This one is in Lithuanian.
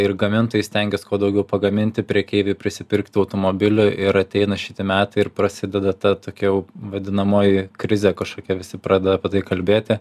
ir gamintojai stengias kuo daugiau pagaminti prekeiviai prisipirkti automobilių ir ateina šitie metai ir prasideda ta tokia jau vadinamoji krizė kažkokia visi pradeda apie tai kalbėti